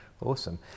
Awesome